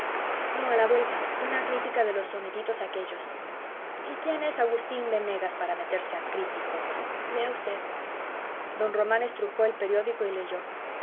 no a la vuelta una crítica de los sonetitos aquellos y quién es agustín venegas para meterse a crítico lea usted don román estrujó el periódico y leyó